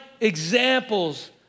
examples